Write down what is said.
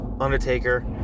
Undertaker